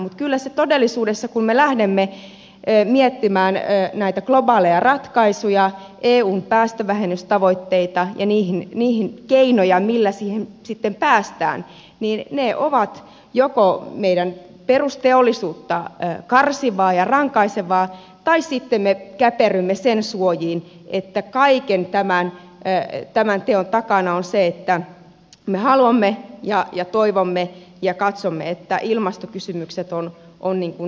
mutta kyllä todellisuudessa kun me lähdemme miettimään näitä globaaleja ratkaisuja eun päästövähennystavoitteita ja niihin keinoja millä niihin sitten päästään ne joko ovat meidän perusteollisuutta karsivaa ja rankaisevaa tai sitten me käperrymme sen suojiin että kaiken tämän teon takana on se että me haluamme ja toivomme ja katsomme että ilmastokysymykset ovat niin kuin numero yksi